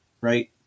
Right